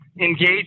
engage